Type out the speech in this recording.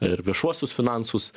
ir viešuosius finansus